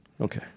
Okay